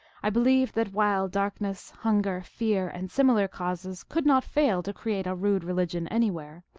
i believe that while darkness, hunger, fear, and similar causes could not fail to create a rude religion anywhere,